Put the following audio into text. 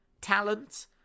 talent